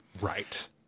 Right